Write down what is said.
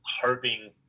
hoping